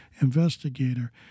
investigator